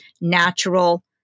natural